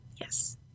Yes